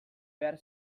behar